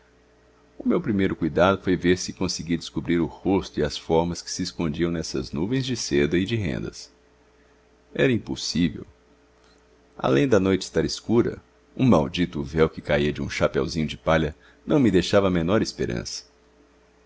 o meu primeiro cuidado foi ver se conseguia descobrir o rosto e as formas que se escondiam nessas nuvens de seda e de rendas era impossível além de a noite estar escura um maldito véu que caía de um chapeuzinho de palha não me deixava a menor esperança